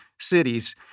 cities